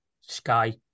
Sky